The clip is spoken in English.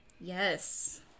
Yes